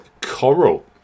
Coral